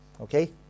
Okay